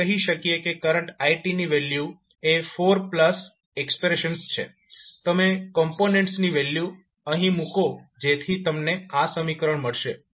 આપણે કહી શકીએ કે કરંટ i ની વેલ્યુ એ 4 પ્લસ એક્સપ્રેશન્સ છે તમે કોમ્પોનેન્ટ્સની વેલ્યુ અહીં મૂકો જેથી તમને આ સમીકરણ મળશે